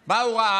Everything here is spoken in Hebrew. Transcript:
מה הוא ראה?